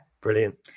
Brilliant